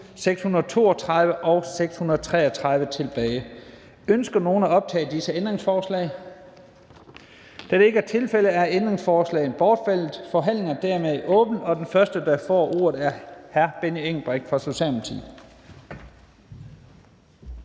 632 og 633 tilbage. Ønsker nogen at optage disse ændringsforslag? Da det ikke er tilfældet, er ændringsforslagene bortfaldet. Forhandlingen er åbnet. Den første, der får ordet, er hr. Benny Engelbrecht fra Socialdemokratiet.